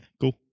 Cool